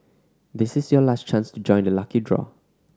this is your last chance to join the lucky draw